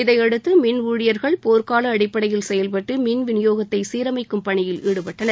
இதையடுத்து மின்ஊழியர்கள் போர்க்கால அடிப்படையில் செயல்பட்டு மின்விநியோகத்தை சீரமைக்கும் பணியில் ஈடுபட்டனர்